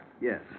Yes